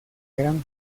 gran